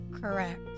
correct